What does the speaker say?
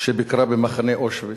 שביקרה במחנה אושוויץ.